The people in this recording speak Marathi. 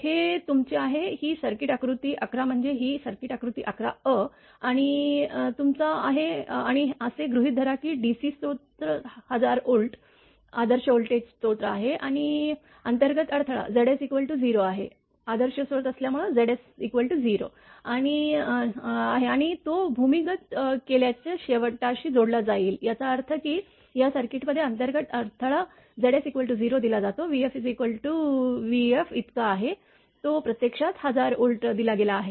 हे तुमचे आहे ही सर्किट आकृती 11 म्हणजे ही सर्किट आकृती 11 अ आणि तुमचा आहे आणि असे गृहीत धरा की DC स्रोत 1000 व्होल्ट आदर्श व्होल्टेज स्रोत आहे आणि अंतर्गत अडथळा Zs 0 आहे आणि तो भूमिगत केबलच्या शेवटाशी जोडला जाईल याचा अर्थ या सर्किटमध्ये अंतर्गत अडथळा Zs 0 दिला जातो vf Vfइतका आहे जो प्रत्यक्षात 1000 व्होल्ट दिला गेला आहे